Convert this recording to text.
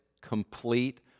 complete